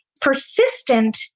persistent